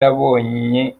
yabonye